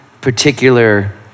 particular